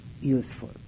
useful